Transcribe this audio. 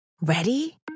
Ready